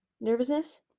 Nervousness